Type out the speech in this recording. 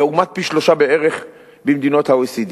לעומת פי-שלושה בערך במדינות ה-OECD.